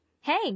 Hey